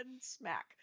smack